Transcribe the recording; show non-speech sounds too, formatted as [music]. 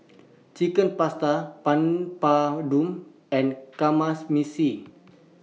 Chicken Pasta Papadum and [unintelligible]